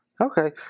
Okay